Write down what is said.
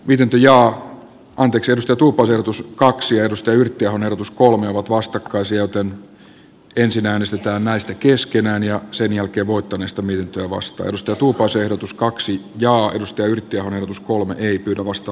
virta ja anteeksiannosta tuupasijoitus kaksi alusta yhtiö on erotus kolme ovat vastakkaisia toimia ensin äänestetään naista keskenään ja senjälkevoittaneesta mietintöä vastaanotosta tuupasen ehdotus kaksi ja musta ylitti ahonen uskoo ei pyydä vasta